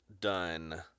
done